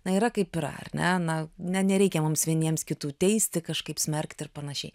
na yra kaip yra ar ne nane nereikia mums vieniems kitų teisti kažkaip smerkti ar panašiai